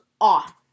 off